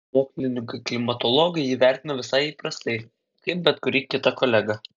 mokslininkai klimatologai jį vertina visai įprastai kaip bet kurį kitą kolegą